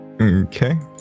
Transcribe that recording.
Okay